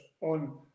on